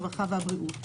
הרווחה והבריאות,